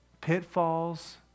pitfalls